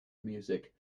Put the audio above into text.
music